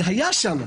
זה היה שם.